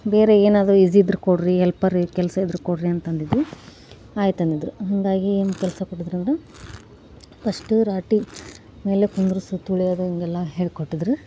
ಬೇರೆ ಏನಾದ್ರು ಈಸಿ ಇದ್ದರೆ ಕೊಡಿರಿ ಎಲ್ಪರ್ ಕೆಲಸ ಇದ್ರೆ ಕೊಡಿರಿ ಅಂತಂದಿದ್ವಿ ಆಯ್ತು ಅಂದಿದ್ರು ಹೀಗಾಗಿ ಏನು ಕೆಲಸ ಕೊಟ್ಟಿದ್ರು ಅಂದ್ರೆ ಫಸ್ಟು ರಾಟೆ ಮೇಲಕ್ಕೆ ಮುಂದ್ವರ್ಸಿ ತೊಳೆಯೋದು ಹೀಗೆಲ್ಲ ಹೇಳ್ಕೊಟ್ಟಿದ್ರು